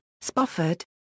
Spofford